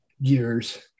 years